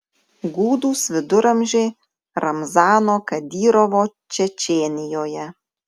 gūdūs viduramžiai ramzano kadyrovo čečėnijoje